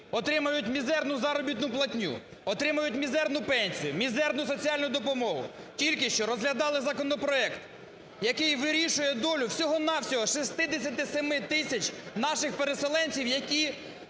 отримують мізерну заробітну платню, отримують мізерну пенсію, мізерну соціальну допомогу. Тільки що розглядали законопроект, який вирішує долю всього-на-всього 67 тисяч наших переселенців, які